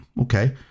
okay